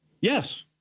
Yes